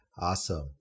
Awesome